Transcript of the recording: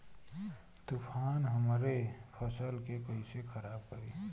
तूफान हमरे फसल के कइसे खराब करी?